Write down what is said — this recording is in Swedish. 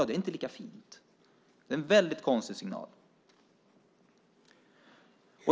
Det är en väldigt konstig signal.